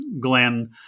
Glenn